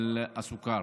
של הסוכר,